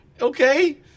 okay